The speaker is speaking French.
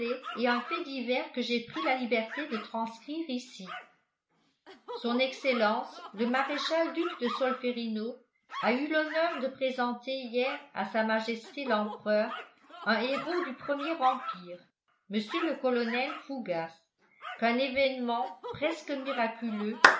et un fait divers que j'ai pris la liberté de transcrire ici son excellence le maréchal duc de solferino a eu l'honneur de présenter hier à s m l'empereur un héros du premier empire mr le colonel fougas qu'un événement presque miraculeux